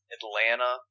Atlanta